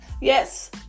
Yes